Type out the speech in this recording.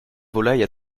volaille